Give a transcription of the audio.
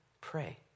Pray